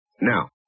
Now